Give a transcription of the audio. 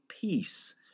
peace